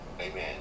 Amen